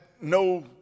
no